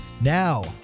Now